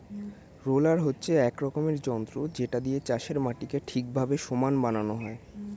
roller হচ্ছে এক রকমের যন্ত্র যেটা দিয়ে চাষের মাটিকে ঠিকভাবে সমান বানানো হয়